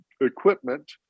equipment